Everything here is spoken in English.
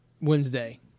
Wednesday